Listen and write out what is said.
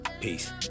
Peace